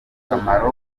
akamaro